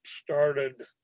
started